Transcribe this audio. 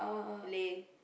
lay